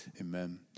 amen